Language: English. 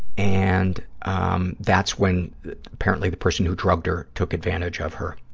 and um that's when apparently the person who drugged her took advantage of her.